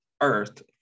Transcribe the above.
earth